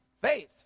Faith